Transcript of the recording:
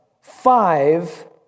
five